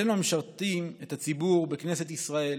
עלינו המשרתים את הציבור בכנסת ישראל